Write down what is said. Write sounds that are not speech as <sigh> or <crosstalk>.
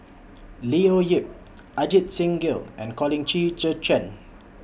<noise> Leo Yip Ajit Singh Gill and Colin Qi Zhe Quan